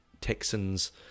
Texans